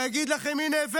ויגיד לכם: הינה,